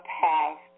past